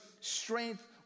strength